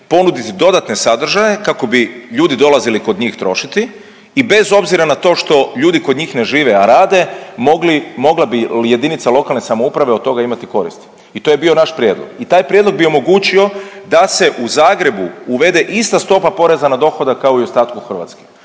ponuditi dodatne sadržaje kako bi ljudi dolazili kod njih trošiti i bez obzira na to što ljudi kod njih ne žive a rade mogla bi jedinica lokalne samouprave od toga imati koristi. I to je bio naš prijedlog. I taj prijedlog bi omogućio da se u Zagrebu uvede ista stopa poreza na dohodak kao i u ostatku Hrvatske.